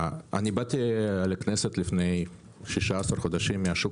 אני באתי לכנסת לפני 16 חודשים מהשוק